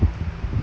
ya